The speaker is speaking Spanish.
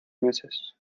meses